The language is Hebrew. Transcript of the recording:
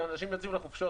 כשאנשים יוצאים לחופשות,